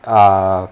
err